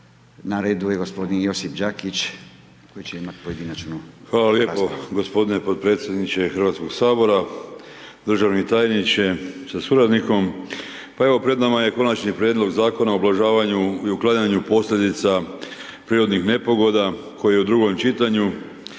na redu je g. Josip Đakić, koji će imati pojedinačnu raspravu. **Đakić, Josip (HDZ)** Hvala lijepo g. potpredsjedniče Hrvatskog sabora. Državni tajniče sa suradnikom, evo pred nama je Konačni prijedlog Zakona o ublažavanju i uklanjanju posljedica prirodnih nepogoda, koji je u drugom čitanju